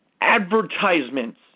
advertisements